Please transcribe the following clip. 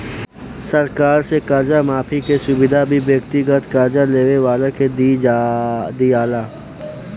सरकार से कर्जा माफी के सुविधा भी व्यक्तिगत कर्जा लेवे वाला के दीआला